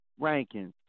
rankings